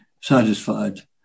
satisfied